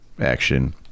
action